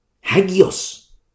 Hagios